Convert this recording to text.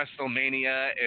WrestleMania